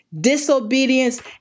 Disobedience